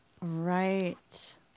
Right